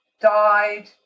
died